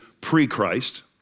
pre-Christ